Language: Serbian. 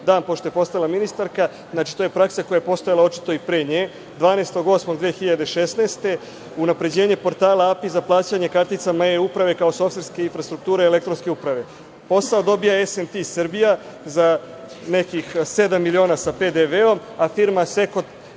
dan pošto je postala ministarka, znači, to je praksa koja je postojala očito i pre i nje, 12.08.2016. godine, unapređenje portala „api“ za plaćanje karticama e-uprave, kao softverske infrastrukture i elektronske uprave, posao dobija S&T Srbija za nekih sedam miliona sa PDV-om, a firma Asseco